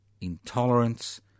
intolerance